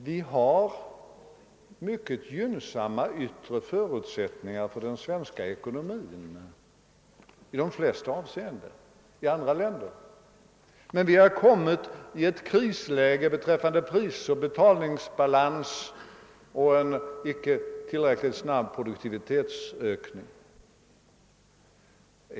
Vi har i de flesta avseenden mycket gynnsamma yttre förutsättningar för den svenska ekonomin. Men vårt land har kommit i ett krisläge beträffande priser och betalningsbalans och har en icke tillräckligt snabb produktivitetsökning.